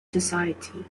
society